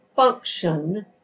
function